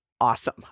awesome